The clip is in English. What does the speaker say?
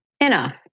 Enough